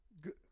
Good